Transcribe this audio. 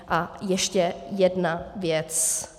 A ještě jedna věc.